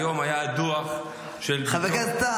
היום היה דוח --- חבר הכנסת,